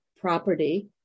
property